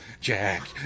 Jack